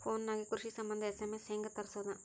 Phone ನಾಗೆ ಕೃಷಿ ಸಂಬಂಧ ಎಸ್.ಎಮ್.ಎಸ್ ಹೆಂಗ ತರಸೊದ?